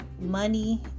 money